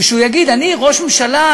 ויגיד: אני ראש ממשלה,